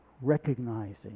recognizing